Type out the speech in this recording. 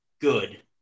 good